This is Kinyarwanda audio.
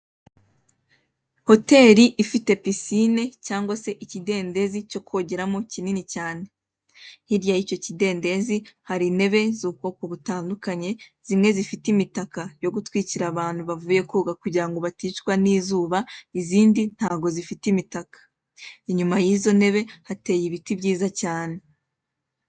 Hoteri ifite pisine cyangwa se ikidendezi cyo kogeramo kinini cyane, hirya y'icyo kidendezi hari intebe z'ubwoko butandukanye zimwe zifite imitaka yo gutwikira abantu kugira ngo baticwa n'izuba, izindi ntago zifite imitaka, inyuma y'izo ntebe hateye ibiti byiza cyane.